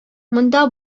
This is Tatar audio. монда